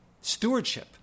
stewardship